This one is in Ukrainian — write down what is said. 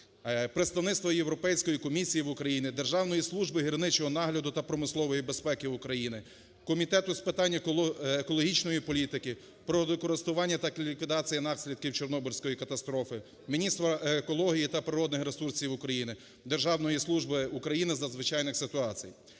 Представництво європейської комісії в Україні, Державної служби гірничого нагляду та промислової безпеки України, Комітету з питань екологічної політики, природокористування та ліквідації наслідків Чорнобильської катастрофи, міністра екології та природних ресурсів України, Державної служби України з надзвичайних ситуацій.